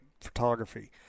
photography